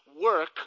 work